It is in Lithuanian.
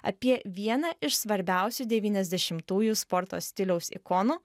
apie vieną iš svarbiausių devyniasdešimtųjų sporto stiliaus ikonų